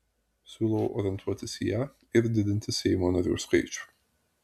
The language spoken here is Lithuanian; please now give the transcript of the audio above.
siūlau orientuotis į ją ir didinti seimo narių skaičių